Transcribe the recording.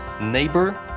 neighbor